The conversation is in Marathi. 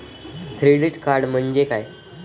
क्रेडिट कार्ड म्हणजे काय?